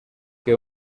que